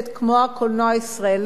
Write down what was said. כמו הקולנוע הישראלי,